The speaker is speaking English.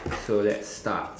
so let's start